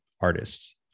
artists